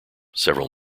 several